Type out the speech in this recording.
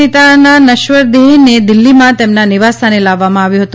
નેતાના નશ્વર દેહને દિલ્ફીમાં તેમના નિવાસસ્થાને લાવવામાં આવ્યો હતો